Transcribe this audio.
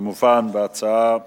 הצעת